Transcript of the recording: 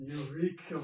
Eureka